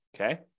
Okay